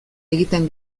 egiten